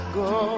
go